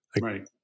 right